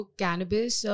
cannabis